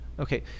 Okay